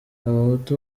abahutu